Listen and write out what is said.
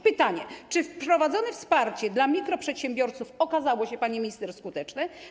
Pytanie: Czy wprowadzone wsparcie dla mikroprzedsiębiorców okazało się, pani minister, skuteczne?